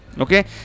okay